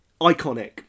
iconic